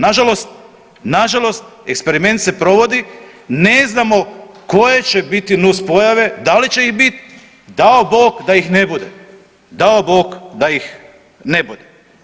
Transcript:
Nažalost, nažalost eksperiment se provodi, ne znamo koje će biti nus pojave, da li će ih bit, dao Bog da ih ne bude, dao Bog da ih ne bude.